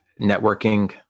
networking